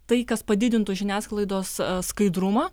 tai kas padidintų žiniasklaidos skaidrumą